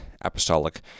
Apostolic